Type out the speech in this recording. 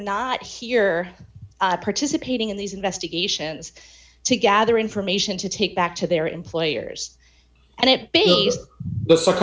not here participating in these investigations to gather information to take back to their employers and it